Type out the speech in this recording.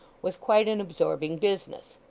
was quite an absorbing business.